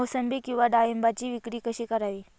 मोसंबी किंवा डाळिंबाची विक्री कशी करावी?